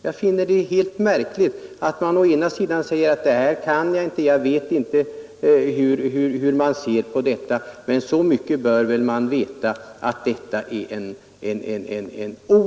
Jag finner det helt märkligt att justitieministern kan säga: Det här normsystemet kan jag inte.